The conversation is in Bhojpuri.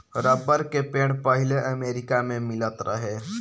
रबर के पेड़ पहिले अमेरिका मे मिलत रहे